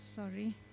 Sorry